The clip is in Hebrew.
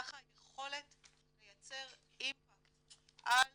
כך היכולת לייצר אימפקט על